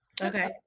Okay